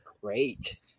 great